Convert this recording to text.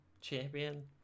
champion